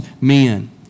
men